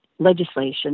legislation